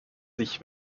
sich